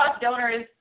donors